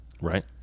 Right